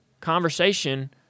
conversation